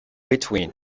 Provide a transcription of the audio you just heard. between